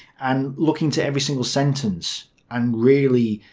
and look into every single sentence and really,